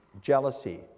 jealousy